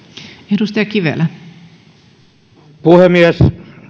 arvoisa puhemies